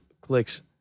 clicks